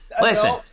Listen